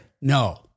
No